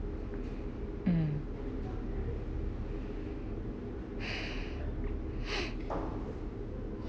mm